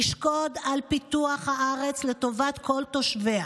תשקוד על פיתוח הארץ לטובת כל תושביה,